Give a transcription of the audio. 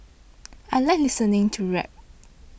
I like listening to rap